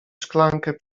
szklankę